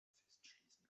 festschließen